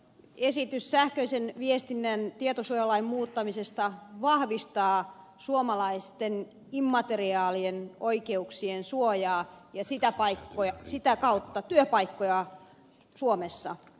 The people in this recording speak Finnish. esitys sähköisen viestinnän tietosuojalain muuttamisesta vahvistaa suomalaisten immateriaalien oikeuksien suojaa ja sitä kautta työpaikkoja suomessa